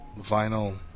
vinyl